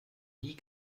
nie